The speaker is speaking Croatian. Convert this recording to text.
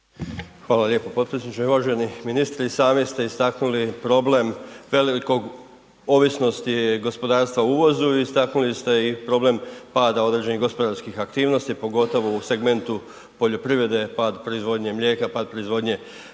Hvala lijepo potpredsjedniče. Uvaženi ministre i sami ste istaknuli problem velike ovisnosti gospodarstva o uvozu i istaknuli ste i problem pada određenih gospodarskih aktivnosti, pogotovo u segmentu poljoprivrede pad proizvodnje mlijeka, pad proizvodnje